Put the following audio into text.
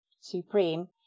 supreme